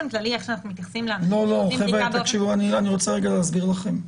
אני רוצה להסביר לכם.